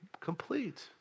complete